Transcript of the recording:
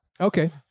okay